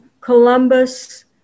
Columbus